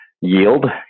yield